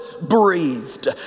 breathed